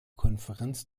konferenz